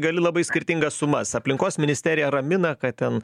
gali labai skirtingas sumas aplinkos ministerija ramina kad ten